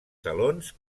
salons